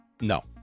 No